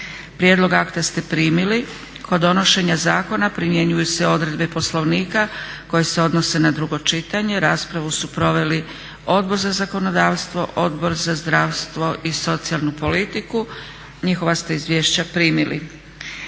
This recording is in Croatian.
prijedlog akta ste primili. Kod donošenja zakona primjenjuju se odredbe Poslovnika koje se odnose na drugo čitanje. Raspravu su proveli Odbor za zakonodavstvo, Odbor za zdravstvo i socijalnu politiku. Njihova ste izvješća primili.